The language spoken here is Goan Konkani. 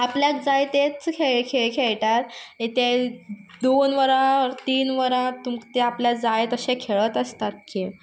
आपल्याक जाय तेच खेळ खेळटात ते दोन वरां तीन वरां ते आपल्याक जाय तशे खेळत आसतात खेळ